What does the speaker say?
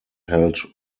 held